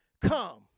come